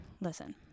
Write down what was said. listen